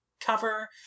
cover